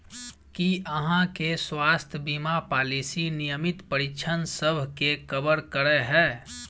की अहाँ केँ स्वास्थ्य बीमा पॉलिसी नियमित परीक्षणसभ केँ कवर करे है?